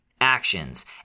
actions